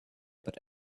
but